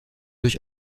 durch